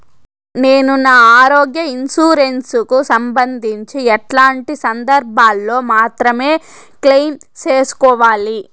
నేను నా ఆరోగ్య ఇన్సూరెన్సు కు సంబంధించి ఎట్లాంటి సందర్భాల్లో మాత్రమే క్లెయిమ్ సేసుకోవాలి?